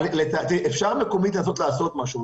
אפשר מקומית לנסות לעשות משהו.